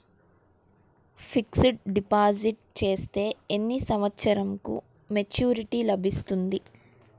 Fixed deposit చేస్తే ఎన్ని సంవత్సరంకు మెచూరిటీ లభిస్తుంది?